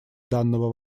данного